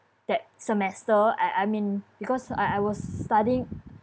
that semester I I mean because I I was studying